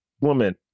woman